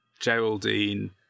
Geraldine